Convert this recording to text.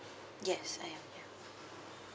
yes I am yeah